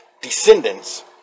descendants